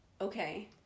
Okay